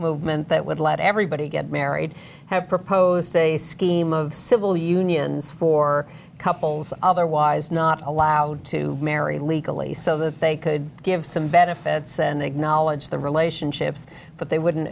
movement that would let everybody get married have proposed a scheme of civil unions for couples otherwise not allowed to marry legally so that they could give some benefits and acknowledge the relationships but they wouldn't